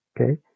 Okay